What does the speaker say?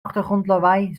achtergrondlawaai